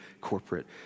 corporate